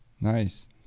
Nice